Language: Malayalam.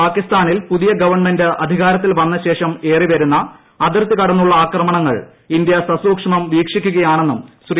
പാകിസ്ഥാനിൽ പുതിയ്ക്കുവൺമെന്റ് അധികാരത്തിൽ വന്ന ശേഷം ഏറിവരുന്ന അതിർത്തി കടന്നുള്ള ആക്രമണങ്ങൾ ഇന്ത്യ സസൂക്ഷ്മം വീക്ഷിക്കുകയാണെന്നും ശ്രീ